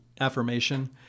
affirmation